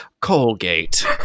Colgate